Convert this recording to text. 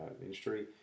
industry